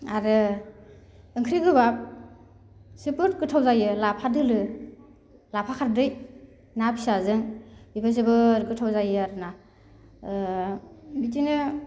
आरो ओंख्रि गोबाब जोबोद गोथाव जायो लाफा दोलो लाफा खारदै ना फिसाजों बेबो जोबोद गोथाव जायो आरोना ओ बिदिनो